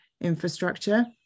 Infrastructure